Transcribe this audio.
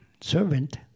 servant